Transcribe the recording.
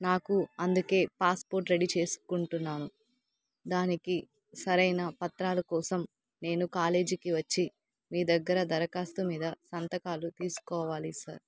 నాకు అందుకే passport ready చేసుకుంటున్నాను దానికి సరైన పత్రాల కోసం నేను కాలేజీకి వచ్చి మీ దగ్గర దరఖాస్తు మీద సంతకాలు తీసుకోవాలి సార్